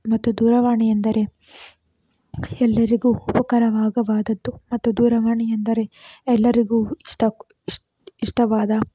ಮತ್ತು ದೂರವಾಣಿಯೆಂದರೆ ಎಲ್ಲರಿಗೂ ಉಪಕಾರವಾಗವಾದದ್ದು ಮತ್ತು ದೂರವಾಣಿಯೆಂದರೆ ಎಲ್ಲರಿಗೂ ಇಷ್ಟ ಇಷ್ ಇಷ್ಟವಾದ